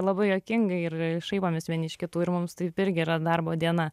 labai juokinga ir šaipomės vieni iš kitų ir mums tai irgi yra darbo diena